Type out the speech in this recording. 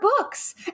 books